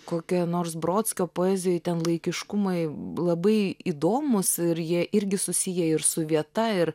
kokioje nors brodskio poezijoj ten laikiškumai labai įdomūs ir jie irgi susiję ir su vieta ir